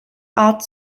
art